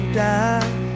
die